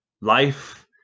life